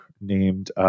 named